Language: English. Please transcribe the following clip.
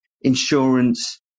insurance